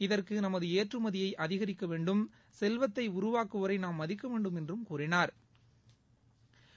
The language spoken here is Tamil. இதற்கு நமது ஏற்றுமதியை அதிகரிக்க வேண்டும் செல்வத்தை உருவாக்குவோரை நாம் மதிக்க வேண்டும் என்றும் கூறினாா்